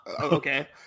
okay